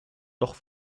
doch